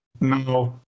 no